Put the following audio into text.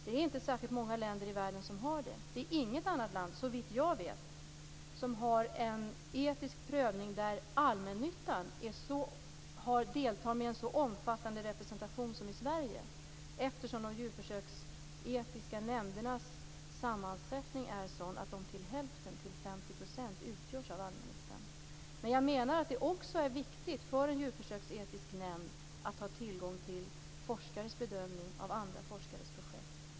Det är såvitt jag vet inget annat land som har en etisk prövning där allmännyttan deltar med en så omfattande representation som i Sverige, eftersom de djurförsöksetiska nämndernas sammansättning är sådan att de till hälften utgörs av allmännyttans företrädare. Men jag menar att det också är viktigt för en djurförsöksetisk nämnd att ha tillgång till forskares bedömning av andra forskares projekt.